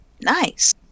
Nice